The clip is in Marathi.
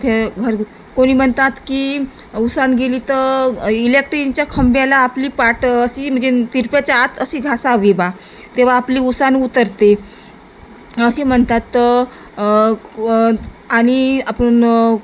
घर कोणी म्हणतात की उसण गेली तर इलेक्ट्रिंच्या खांबाला आपली पाठ अशी म्हणजे तिरप्याच्या आत अशी घासावी बा तेव्हा आपली उसण उतरते असे म्हणतात तर आणि आपण